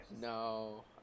No